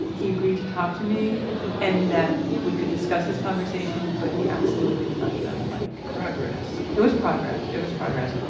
he agreed to talk to me and that we could discuss this conversation, but he absolutely would not get on the mic progress it was progress. it was progress.